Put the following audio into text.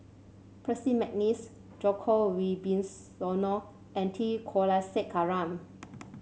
Percy McNeice Djoko Wibisono and T Kulasekaram